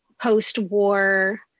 post-war